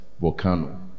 Volcano